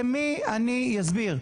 למי אני אסביר?